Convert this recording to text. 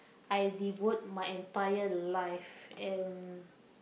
I devote my entire life and